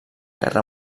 guerra